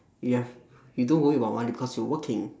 you have you don't worry about money because you're working